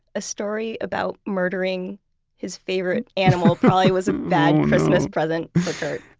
a story about murdering his favorite animal probably was a bad christmas present for kurt.